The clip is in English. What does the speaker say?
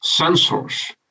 sensors